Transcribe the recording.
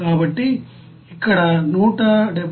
కాబట్టి ఇక్కడ 173